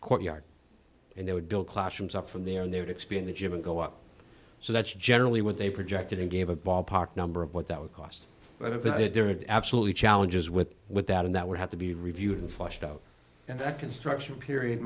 courtyard and they would build classrooms up from there and they would expand the gym and go up so that's generally what they projected and gave a ballpark number of what that would cost but a bit different absolutely challenges with with that and that would have to be reviewed and fleshed out and the construction period